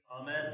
Amen